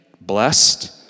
blessed